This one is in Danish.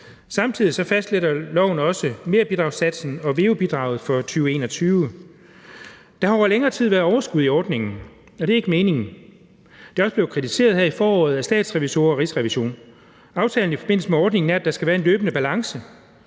Samtidig fastlægger loven også merbidragssatsen og VEU-bidraget for 2021. Der har over længere tid været overskud i ordningen, og det er ikke meningen. Det er også blevet kritiseret her i foråret af statsrevisorerne og Rigsrevisionen. Aftalen i forbindelse med ordningen er, at der skal være en løbende balance.